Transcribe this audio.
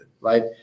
Right